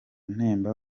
nemba